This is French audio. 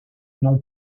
non